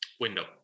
Window